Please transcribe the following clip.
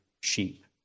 sheep